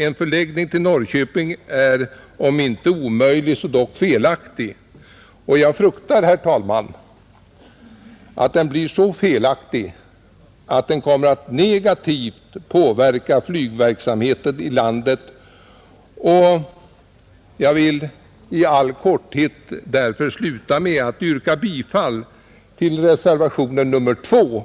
En förläggning till Norrköping är om inte omöjlig så dock felaktig, och jag fruktar, herr talman, att den blir så felaktig att den kommer att negativt påverka flygverksamheten i landet. Jag yrkar bifall till reservationen 2